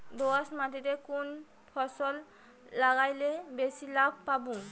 দোয়াস মাটিতে কুন ফসল লাগাইলে বেশি লাভ পামু?